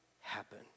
happen